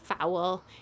foul